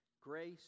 Grace